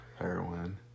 Heroin